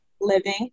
living